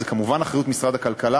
זו כמובן אחריות של משרד הכלכלה,